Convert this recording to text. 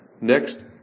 next